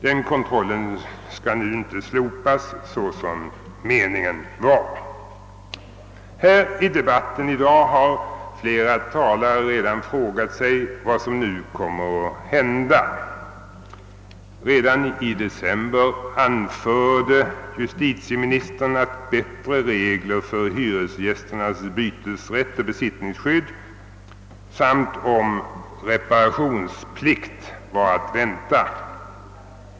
Den kontrollen skall nu ej slopas så som meningen var. I debatten här i dag har flera talare redan frågat sig vad som nu kommer att hända. Redan i december anförde justitieministern att bättre regler för hyresgästernas bytesrätt och besittningsskydd samt om reparationsplikt vore att vänta.